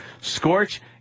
Scorch